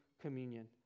communion